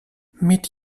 mit